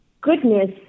goodness